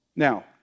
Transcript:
Now